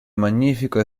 magnifico